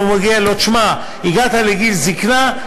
הוא אומר לו: הגעת לגיל זיקנה,